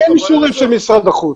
אין אישורים של משרד החוץ.